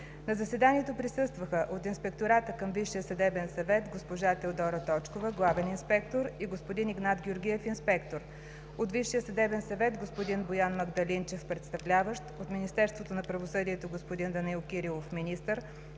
На заседанието присъстваха: от Инспектората към Висшия съдебен съвет: госпожа Теодора Точкова – главен инспектор, и господин Игнат Георгиев – инспектор; от Висшия съдебен съвет: господин Боян Магдалинчев – представляващ; от Министерството на правосъдието: господин Данаил Кирилов – министър;